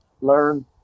learn